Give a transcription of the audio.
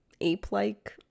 ape-like